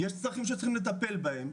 יש צרכים שצריכים לטפל בהם.